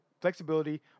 flexibility